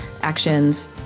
actions